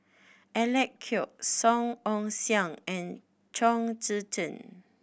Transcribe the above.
Alec Kuok Song Ong Siang and Chong Tze Chien